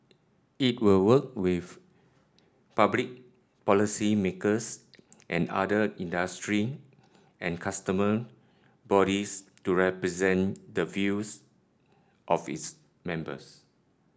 it will work with public policymakers and other industry and consumer bodies to represent the views of its members